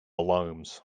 alarms